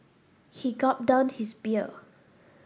he gulped down his beer